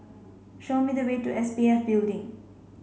show me the way to S P F Building